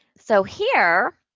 so, here,